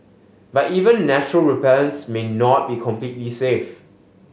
but even natural repellents may not be completely safe